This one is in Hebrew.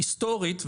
היסטורית,